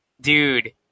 Dude